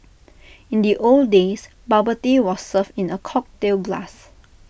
in the old days bubble tea was served in A cocktail glass